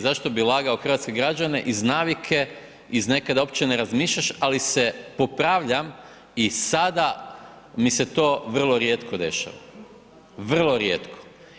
Zašto bi lagao hrvatske građane iz navike, nekad uopće ne razmišljaš, ali se popravljam i sada mi se to vrlo rijetko dešava, vrlo rijetko.